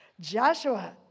Joshua